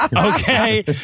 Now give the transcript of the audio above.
okay